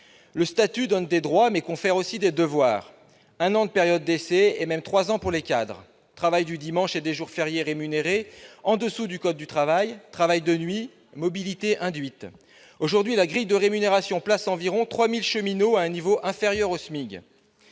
Le statut donne des droits, mais il confère aussi des devoirs : la période d'essai est d'un an, et même de trois ans pour les cadres ; le travail du dimanche et des jours fériés est rémunéré en dessous du code du travail. Ajoutons le travail de nuit et la mobilité induite. Aujourd'hui, la grille de rémunération place environ 3 000 cheminots à un niveau inférieur au SMIC